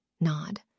Nod